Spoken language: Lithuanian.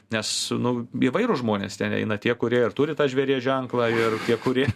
nes nu įvairūs žmonės ten eina tie kurie ir turi tą žvėries ženklą ir tie kurie